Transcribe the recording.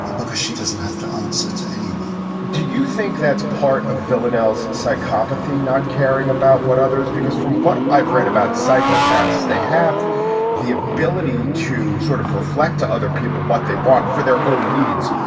because she doesn't have to answer to anyone do you think that's part of villanelle as psychopathy, not caring about what others? because from what i've read about psychopaths, they have the ability to sort of reflect to other people what they want for their own needs.